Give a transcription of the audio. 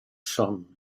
som